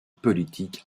politiques